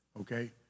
okay